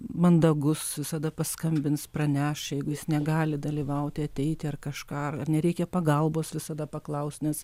mandagus visada paskambins praneš jeigu jis negali dalyvauti ateiti ar kažką ar nereikia pagalbos visada paklaus nes